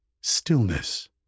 stillness